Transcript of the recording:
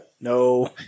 No